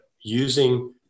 using